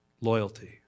loyalty